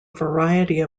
variety